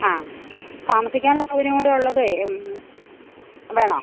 ആ താമസിക്കാനുള്ള സൗകര്യം കൂടെ ഉള്ളത് എന്ന് വേണോ